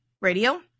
Radio